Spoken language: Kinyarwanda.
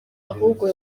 ahubwo